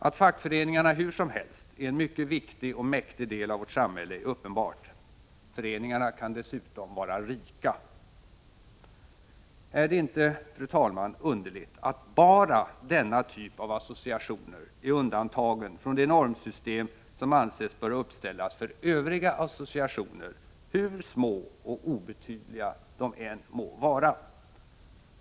Att fackföreningarna hur som helst är en mycket viktig och mäktig del av vårt samhälle är uppenbart. Föreningarna kan dessutom vara rika. Är det inte, fru talman, underligt att bara denna typ av associationer är undantagen från det normsystem som ansetts böra uppställas för övriga associationer, hur små och obetydliga de än må vara.